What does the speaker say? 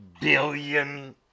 billion